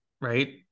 right